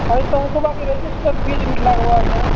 ହଉ ତମକୁ ବାକି ରହିଛି ସେ ତ ଫିସ୍ ବିଟ ଲାଗ୍ବା ଆଜ୍ଞା